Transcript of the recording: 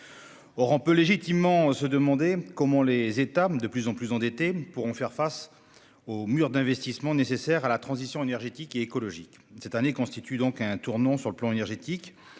Or on peut légitimement se demander comment les États, de plus en plus endettés, pourront faire face au mur des investissements nécessaires à la transition énergétique et écologique. Cette année constitue donc un tournant sur le plan énergétique.